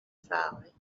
solid